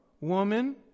woman